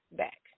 back